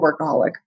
workaholic